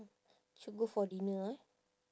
should go for dinner eh